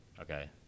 Okay